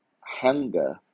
hunger